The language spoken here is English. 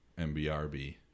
MBRB